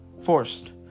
forced